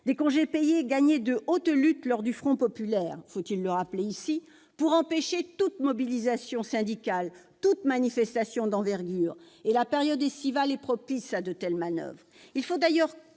congés payés acquis de haute lutte lors du Front populaire, faut-il le rappeler -pour empêcher toute mobilisation syndicale, toute manifestation d'envergure. La période estivale est évidemment propice à de telles manoeuvres. Il faut d'ailleurs